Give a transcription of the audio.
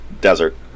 desert